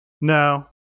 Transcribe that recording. No